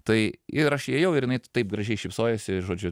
tai ir aš įėjau ir jinai taip gražiai šypsojosi žodžiu